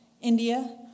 India